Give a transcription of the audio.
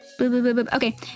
Okay